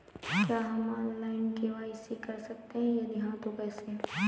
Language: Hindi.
क्या हम ऑनलाइन के.वाई.सी कर सकते हैं यदि हाँ तो कैसे?